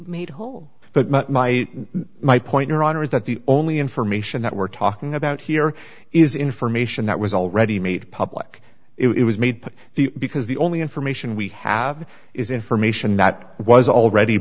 made whole but my point your honor is that the only information that we're talking about here is information that was already made public it was made to the because the only information we have is information that was already